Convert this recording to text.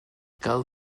cal